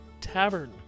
tavern